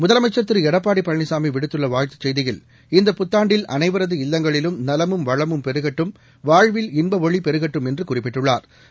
முதலமைச்ச் திரு எடப்பாடி பழனிசாமி விடுத்துள்ள வாழ்த்துச் செய்தியில் இந்த புத்தாண்டில் அனைவரது இல்லங்களிலும் நலமும் வளமும் பெருகட்டும் வாழ்வில் இன்ப ஒளி பெருகட்டும் என்று குறிப்பிட்டுள்ளாா்